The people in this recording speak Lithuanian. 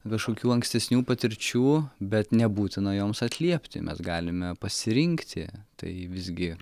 kažkokių ankstesnių patirčių bet nebūtina joms atliepti mes galime pasirinkti tai visgi